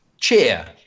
cheer